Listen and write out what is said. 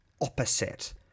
opposite